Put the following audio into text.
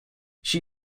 she